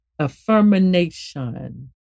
affirmation